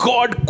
God